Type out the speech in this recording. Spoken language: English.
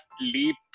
leap